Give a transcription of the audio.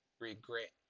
regret